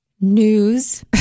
news